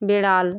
বেড়াল